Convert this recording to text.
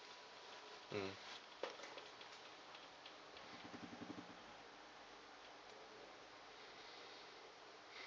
mm